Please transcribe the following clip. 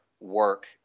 work